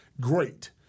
great